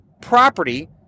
property